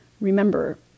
remember